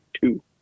two